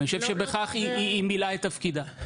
אני חושב שבכך היא מילאה את תפקידה.